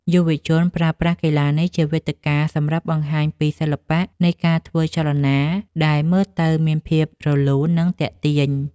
យុវជនប្រើប្រាស់កីឡានេះជាវេទិកាសម្រាប់បង្ហាញពីសិល្បៈនៃការធ្វើចលនាដែលមើលទៅមានភាពរលូន និងទាក់ទាញ។